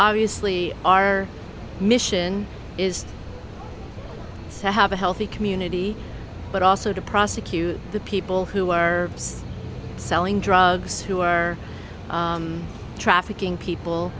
obviously our mission is to have a healthy community but also to prosecute the people who are selling drugs who are trafficking people